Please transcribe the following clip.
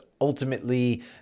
Ultimately